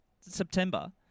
September